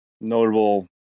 notable